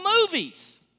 movies